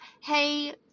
hey